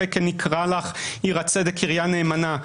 אחרי כן יקרא לך עיר הצדק קריה נאמנה.